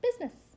business